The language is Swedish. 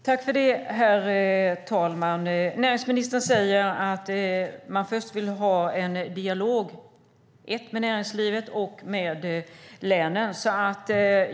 Herr talman! Näringsministern säger att hon först vill ha en dialog med näringslivet och länen.